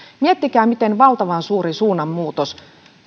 miettikää miten valtavan suuri suunnanmuutos